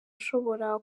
ashobora